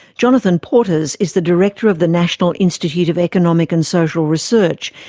jonathan portes is is the director of the national institute of economic and social research,